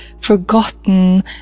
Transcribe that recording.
forgotten